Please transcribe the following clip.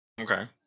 Okay